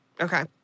Okay